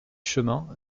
chemin